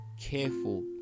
careful